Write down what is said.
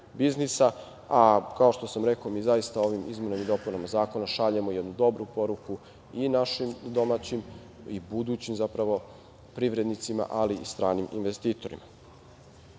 a kao što sam rekao, mi zaista ovim izmenama i dopunama zakona šaljemo jednu dobru poruku i našim domaćim i budućim zapravo privrednicima, ali i stranim investitorima. Ova